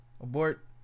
abort